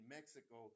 Mexico